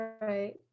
right